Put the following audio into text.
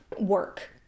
work